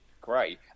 Great